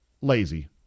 lazy